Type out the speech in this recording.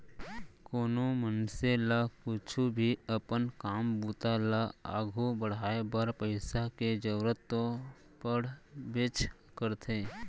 कोनो मनसे ल कुछु भी अपन काम बूता ल आघू बढ़ाय बर पइसा के जरूरत तो पड़बेच करथे